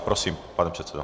Prosím, pane předsedo.